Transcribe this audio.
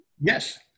Yes